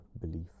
belief